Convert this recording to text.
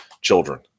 children